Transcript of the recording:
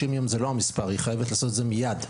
ימים זה לא המספר אלא היא חייבת לעשות זאת מיד.